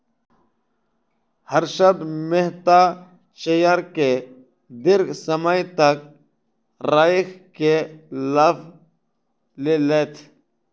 Harshad Mehta share के दीर्घ समय तक राइख के लाभ लेलैथ